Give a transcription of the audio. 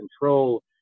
control